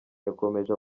yakomeje